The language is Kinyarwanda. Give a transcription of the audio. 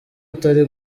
atari